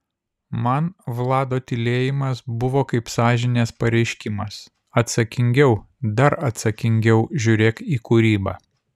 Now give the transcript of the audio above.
man vlado tylėjimas buvo kaip sąžinės pareiškimas atsakingiau dar atsakingiau žiūrėk į kūrybą